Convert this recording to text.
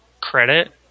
credit